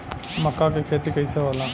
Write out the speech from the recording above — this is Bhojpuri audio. मका के खेती कइसे होला?